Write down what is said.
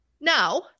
Now